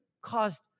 caused